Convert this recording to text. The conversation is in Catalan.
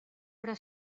però